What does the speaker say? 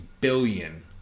billion